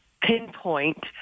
pinpoint